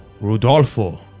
Rudolfo